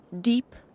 deep